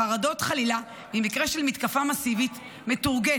החרדות ממקרה, חלילה, של מתקפה מסיבית מטורגטת,